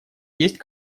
есть